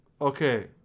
okay